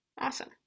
Awesome